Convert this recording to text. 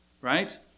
right